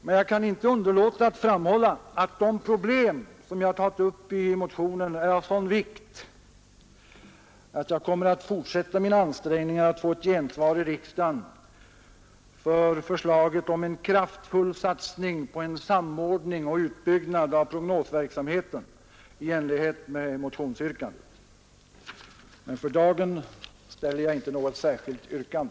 Jag kan dock inte underlåta att framhålla att de problem som jag har tagit upp i motionen är av sådan vikt att jag kommer att fortsätta mina ansträngningar att få ett gensvar i riksdagen på förslaget om en kraftfull satsning på en samordning och utbyggnad av prognosverksamheten i enlighet med motionsyrkandet. Men för dagen ställer jag inte något yrkande.